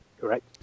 Correct